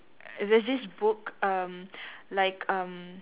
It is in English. there's this book um like um